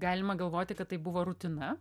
galima galvoti kad tai buvo rutina